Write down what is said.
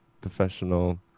professional